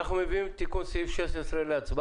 אנחנו מביאים את תיקון סעיף 16 להצבעה.